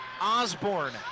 Osborne